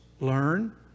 learn